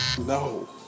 no